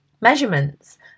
Measurements